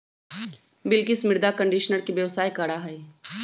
बिलकिश मृदा कंडीशनर के व्यवसाय करा हई